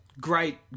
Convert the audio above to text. great